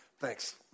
Thanks